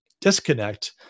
disconnect